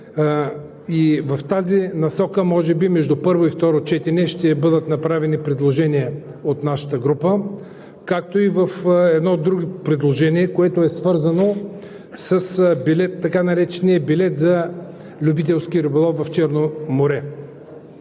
В тази насока може би между първо и второ четене ще бъдат направени предложения от нашата група, както и едно друго предложение, което е свързано с така наречения билет за любителски риболов в Черно море.